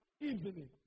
Evening